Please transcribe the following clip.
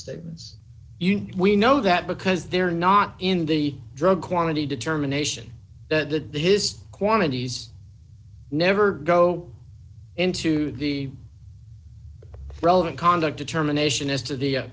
statements you know we know that because they're not in the drug quantity determination that his quantities never go into the relevant conduct determination as to the